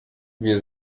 wir